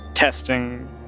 testing